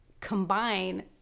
combine